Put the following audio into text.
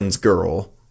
...girl